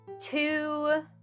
two